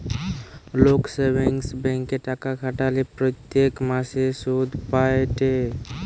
লোক সেভিংস ব্যাঙ্কে টাকা খাটালে প্রত্যেক মাসে সুধ পায়েটে